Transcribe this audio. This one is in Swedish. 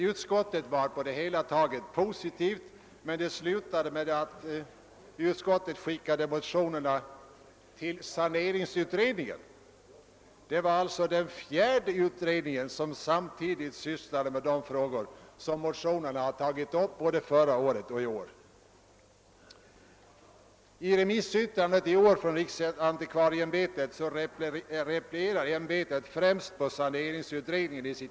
Utskottet var på det hela taget positivt inställt, men dess behandling utmynnade i att motionerna överlämnades till saneringsutredningen. Detta blev alltså den fjärde utredning som jämsides med de övriga ägnade sig åt de frågor som tagits upp i årets och i föregående års motioner. I årets remissyttrande replierar riksantikvarieämbetet främst på saneringsutredningen.